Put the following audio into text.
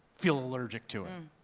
feel allergic to it.